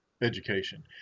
education